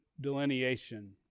delineation